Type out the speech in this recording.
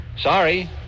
Sorry